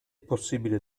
possibile